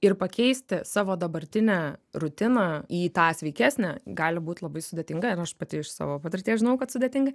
ir pakeisti savo dabartinę rutiną į tą sveikesnę gali būt labai sudėtinga ir aš pati iš savo patirties žinau kad sudėtinga